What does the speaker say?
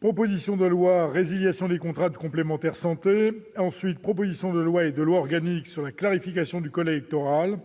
proposition de loi résiliation des contrats de complémentaire santé ensuite propositions de lois et de loi organique sur la clarification du col électorale,